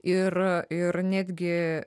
ir ir netgi